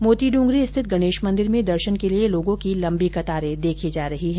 मोतीडूंगरी स्थित गणेश मंदिर में दर्शन के लिये लोगों की लम्बी कतारें देखी जा रही हैं